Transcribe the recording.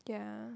yeah